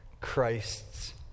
Christ's